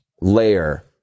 layer